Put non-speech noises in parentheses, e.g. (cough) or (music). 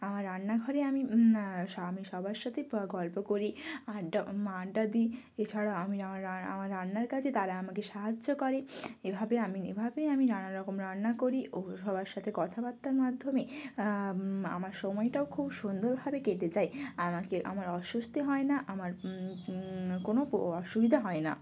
আমার রান্নাঘরে আমি (unintelligible) আমি সবার সাথে (unintelligible) গল্প করি আড্ডা আড্ডা দিই এছাড়া আমি আমার আমার রান্নার কাজে তারা আমাকে সাহায্য করে এভাবে আমি এভাবেই আমি নানা রকম রান্না করি ও সবার সাথে কথাবার্তার মাধ্যমে আমার সময়টাও খুব সুন্দরভাবে কেটে যায় আমাকে আমার অস্বস্তি হয় না আমার কোনো (unintelligible) অসুবিদা হয় না